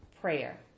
prayer